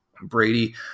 brady